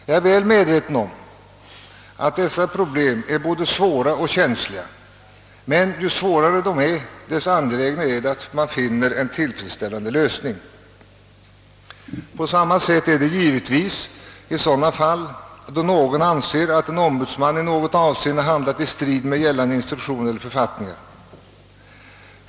Jag är väl medveten om att dessa problem är både svåra och känsliga. Men ju svårare de är, desto angelägnare är det att finna en tillfredsställande lösning. På samma sätt är det givetvis i de fall någon anser att ombudsman i något avseende handlat i strid med gällande instruktioner eller författningar.